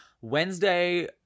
Wednesday